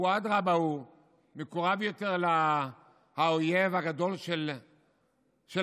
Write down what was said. אדרבה, הוא מקורב יותר לאויב הגדול של היהודים,